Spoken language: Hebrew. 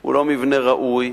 הוא לא מבנה ראוי.